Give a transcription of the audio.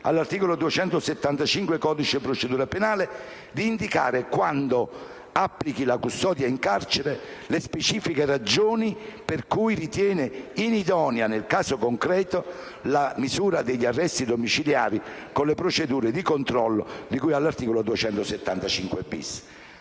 all'articolo 275 del codice di procedura penale, di indicare, quando applichi la custodia in carcere, le specifiche ragioni per cui ritiene inidonea, nel caso concreto, la misura degli arresti domiciliari con le procedure di controllo di cui all'articolo 275-*bis*.